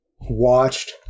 watched